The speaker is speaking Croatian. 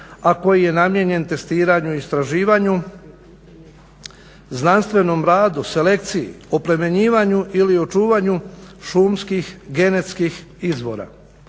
A koji je namijenjen testiranju i istraživanju, znanstvenom radu, selekciji, oplemenjivanju ili očuvanju šumskih genetskih izvora.